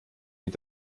mit